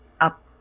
up